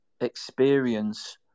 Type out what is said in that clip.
experience